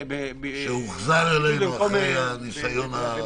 הוחזר אלינו אחרי ניסיון הגיוס